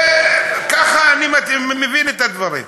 ככה אני מבין את הדברים.